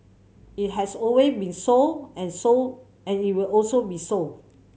it has always been so and so and it will also be so